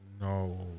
No